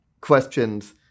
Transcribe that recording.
questions